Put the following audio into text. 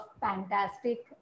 fantastic